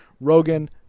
Rogan